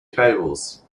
cables